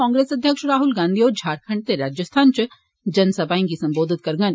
कांग्रेस अध्यक्ष राहुल गांधी होर झारखंड ते राज्यस्थान इच जन सभाएं गी सम्बोधित करङन